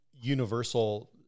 universal